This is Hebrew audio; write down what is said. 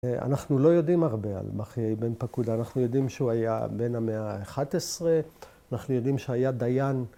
‫אנחנו לא יודעים הרבה על ‫בחיי אבן-פקודה. ‫אנחנו יודעים שהוא היה ‫בין המאה ה-11, ‫אנחנו יודעים שהוא היה דיין.